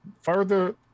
further